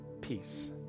peace